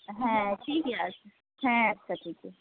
ᱦᱮᱸ ᱴᱷᱤᱠ ᱜᱮᱭᱟ ᱦᱮᱸ ᱟᱪᱪᱷᱟ ᱴᱷᱤᱠ ᱜᱮᱭᱟ